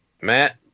matt